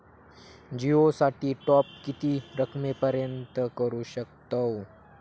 जिओ साठी टॉप किती रकमेपर्यंत करू शकतव?